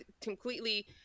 completely